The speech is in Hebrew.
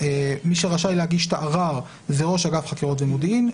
מי שרשאי להגיש את הערר זה ראש אגף חקירות ומודיעין.